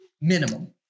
minimum